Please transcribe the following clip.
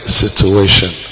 situation